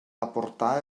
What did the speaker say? aportar